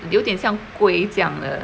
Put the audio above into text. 有点像 kueh 这样的